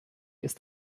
ist